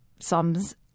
sums